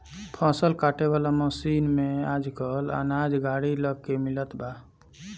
फसल काटे वाला मशीन में आजकल अनाज गाड़ी लग के मिलत बा